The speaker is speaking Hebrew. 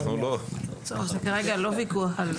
אנחנו לא בוויכוח על זה.